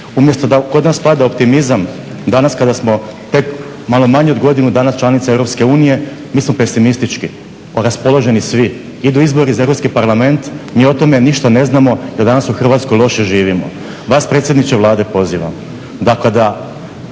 Umjesto da kod nas pada optimizam danas kada smo tek malo manje od godinu dana članica EU mi smo pesimistički raspoloženi svi. Idu izbori za Europski parlament, mi o tome ništa ne znamo jer danas u Hrvatskoj loše živimo. Vas, predsjedniče Vlade, pozivam